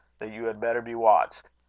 that you had better be watched.